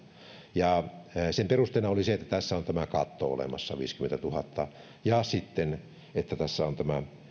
ja sen perusteena oli se että tässä on tämä katto olemassa viisikymmentätuhatta ja sitten se että tässä on tämä